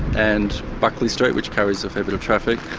and buckley street, which carries a fair bit of traffic.